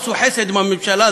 עשו חסד עם הממשלה,